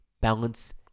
balance